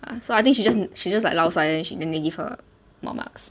so I think she just she just like lao sai then she then they give her more marks